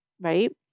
right